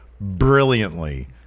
brilliantly